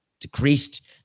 decreased